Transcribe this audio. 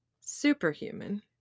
superhuman